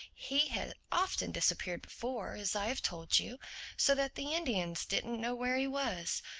he had often disappeared before, as i have told you so that the indians didn't know where he was.